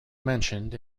mentioned